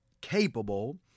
capable